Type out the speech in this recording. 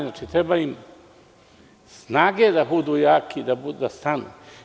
Znači, treba im snage da budu jaki, da stanu.